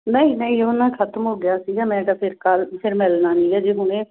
ਨਹੀਂ ਨਹੀਂ ਉਹ ਨਾ ਖਤਮ ਹੋ ਗਿਆ ਸੀਗਾ ਮੈਂ ਕਿਹਾ ਫਿਰ ਕੱਲ੍ਹ ਫਿਰ ਮਿਲਣਾ ਨਹੀਂ ਜੇ ਹੁਣ